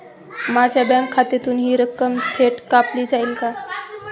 माझ्या बँक खात्यातून हि रक्कम थेट कापली जाईल का?